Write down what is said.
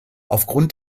aufgrund